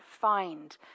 find